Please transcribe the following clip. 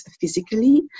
physically